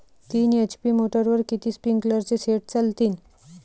तीन एच.पी मोटरवर किती स्प्रिंकलरचे सेट चालतीन?